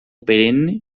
perenne